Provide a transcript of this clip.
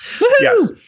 Yes